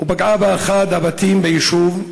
ופגעה באחד הבתים ביישוב.